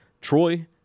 Troy